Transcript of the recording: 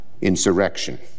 insurrection